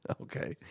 Okay